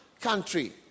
country